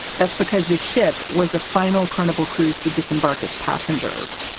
that's because this ship was the final carnival cruise to disembark its passengers.